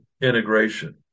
integration